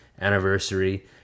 anniversary